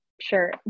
sure